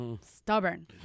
Stubborn